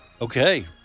Okay